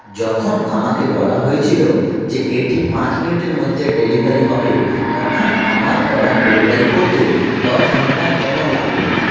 যখন আমাকে বলা হয়েছিল যে এটি পাঁচ মিনিটের মধ্যে ডেলিভারি হবে তখন আমার অর্ডার ডেলিভারি করতে দশ ঘন্টা কেন লাগলো